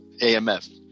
amf